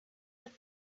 moon